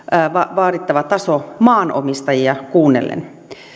vaadittava taso maanomistajia kuunnellen